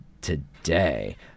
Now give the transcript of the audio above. today